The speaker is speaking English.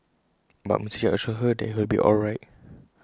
but Mister yap assures her that he'll be all right